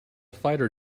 fighter